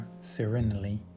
serenely